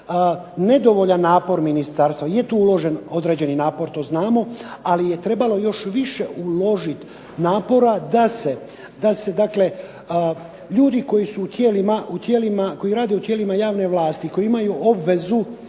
nedovoljan napor ministarstva. Je tu uložen određeni napor, to znamo, ali je trebalo još više uložiti napora da ljudi koji rade u tijelima javne vlasti koji imaju obvezu